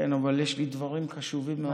כן, אבל יש לי דברים חשובים מאוד.